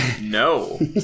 no